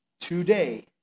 today